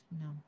no